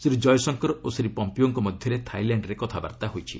ଶ୍ରୀ ଜୟଶଙ୍କର ଓ ଶ୍ରୀ ପମ୍ପିଓଙ୍କ ମଧ୍ୟରେ ଥାଇଲ୍ୟାଣ୍ଡ୍ରେ କଥାବାର୍ତ୍ତା ହୋଇଛି